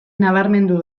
nabarmendu